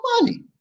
money